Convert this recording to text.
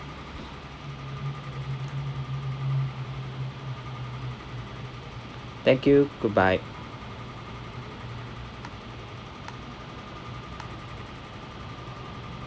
thank you goodbye